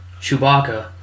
Chewbacca